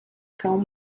cão